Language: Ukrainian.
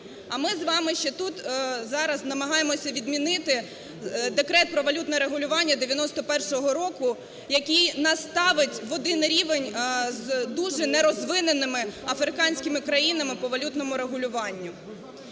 а ми з вами ще тут зараз намагаємося відмінити Декрет про валютне регулювання 1991 року, який нас ставить в один рівень з дуже нерозвиненими африканськими країнами по валютному регулюванню.